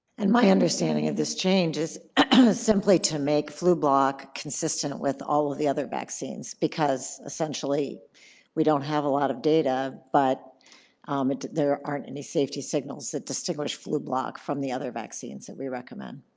and my understanding of this change is simply to make flublok consistent with all of the other vaccines because essentially we don't have a lot of data, but um and there aren't any safety signals that distinguish flublok from the other vaccines that we recommend.